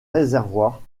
réservoir